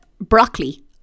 Broccoli